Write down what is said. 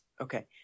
okay